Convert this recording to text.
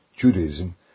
Judaism